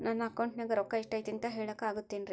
ನನ್ನ ಅಕೌಂಟಿನ್ಯಾಗ ರೊಕ್ಕ ಎಷ್ಟು ಐತಿ ಅಂತ ಹೇಳಕ ಆಗುತ್ತೆನ್ರಿ?